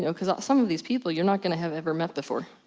you know because ah some of these people, you're not gonna have ever met before.